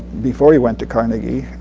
before he went to carnegie,